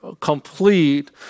complete